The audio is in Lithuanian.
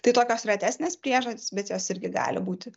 tai tokios retesnės priežastys bet jos irgi gali būti